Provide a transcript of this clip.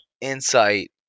insight